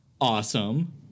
Awesome